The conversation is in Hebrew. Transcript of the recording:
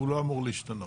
הוא לא אמור להשתנות.